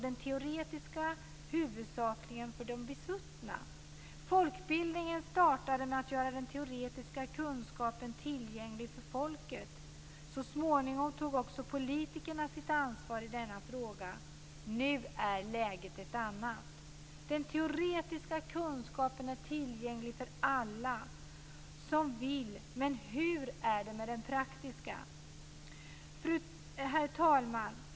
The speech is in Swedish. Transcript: Det teoretiska kunnandet var huvudsakligen någonting för de besuttna. Folkbildningen startade med att göra den teoretiska kunskapen tillgänglig för folket. Så småningom tog också politikerna sitt ansvar i denna fråga. Nu är läget ett annat. Den teoretiska kunskapen är tillgänglig för alla som vill. Men hur är det med den praktiska? Herr talman!